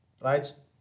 right